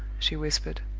she whispered.